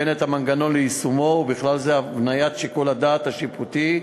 וזאת מבלי לפגוע בשמירה על ביטחון הציבור,